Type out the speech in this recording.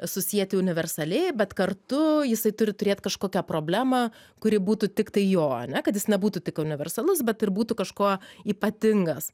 susieti universaliai bet kartu jisai turi turėt kažkokią problemą kuri būtų tiktai jo ane kad jis nebūtų tik universalus bet ir būtų kažkuo ypatingas